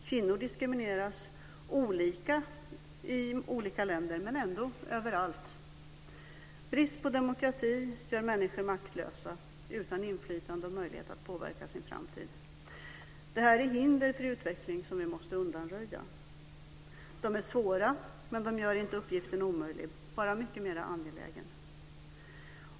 Kvinnor diskrimineras, olika i olika länder men ändå överallt. Brist på demokrati gör människor maktlösa, utan inflytande och möjlighet att påverka sin framtid. Detta är hinder för utveckling som vi måste undanröja. De är svåra, men de gör inte uppgiften omöjlig, bara mycket mera angelägen.